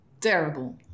terrible